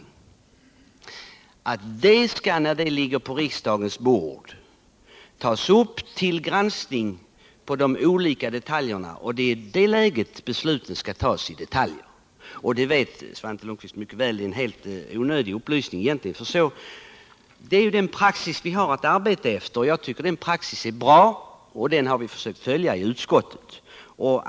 När ärendet sedan ligger på riksdagens bord skall det tas upp till granskning av riksdagen, och det är i det läget besluten om detaljerna skall fattas. Detta vet Svante Lundkvist mycket väl, så det är egentligen en helt onödig upplysning. Det är den praxis vi arbetar efter. Jag tycker den är bra, och den har utskottet också i detta fall försökt följa.